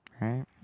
Right